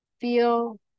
feel